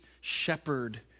shepherd